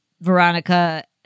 Veronica